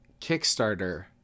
Kickstarter